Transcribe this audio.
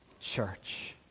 church